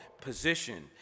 position